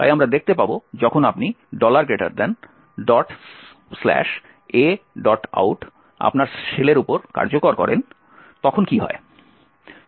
তাই আমরা দেখতে পাব যখন আপনি aout আপনার শেলের উপর কার্যকর করেন তখন কী হয়